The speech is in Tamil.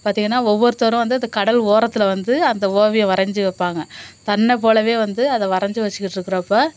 பார்த்தீங்கன்னா ஒவ்வொருத்தரும் வந்து அந்த கடல் ஓரத்தில் வந்து அந்த ஓவியம் வரஞ்சு வைப்பாங்க தன்னை போலவே வந்து அதை வரஞ்சு வச்சுக்கிட்டு இருக்கிறப்ப